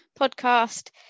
podcast